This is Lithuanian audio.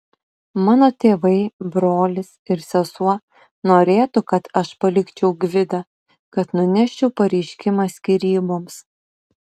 mano tėvai brolis ir sesuo norėtų kad aš palikčiau gvidą kad nuneščiau pareiškimą skyryboms